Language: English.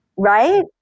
right